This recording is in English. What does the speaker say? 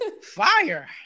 fire